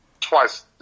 twice